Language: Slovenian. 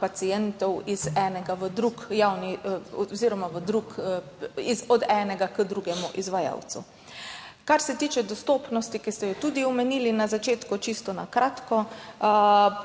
pacientov od enega k drugemu izvajalcu. Kar se tiče dostopnosti, ki ste jo tudi omenili na začetku, čisto na kratko.